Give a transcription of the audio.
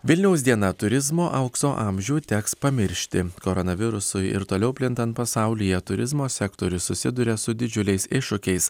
vilniaus diena turizmo aukso amžių teks pamiršti koronavirusui ir toliau plintant pasaulyje turizmo sektorius susiduria su didžiuliais iššūkiais